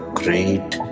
great